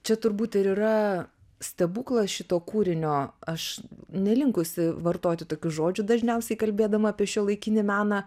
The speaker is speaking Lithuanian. čia turbūt ir yra stebuklas šito kūrinio aš nelinkusi vartoti tokių žodžių dažniausiai kalbėdama apie šiuolaikinį meną